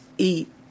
eat